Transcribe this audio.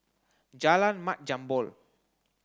Jalan Mat Jambol